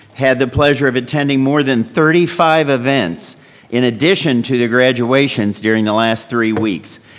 had the pleasure of attending more than thirty five events in addition to the graduations during the last three weeks.